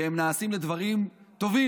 כי הם נעשים לדברים טובים.